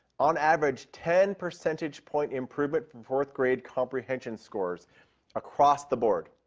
on average, ten percentage point improvement from fourth grade comprehension scores across the board.